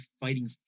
fighting